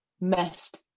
messed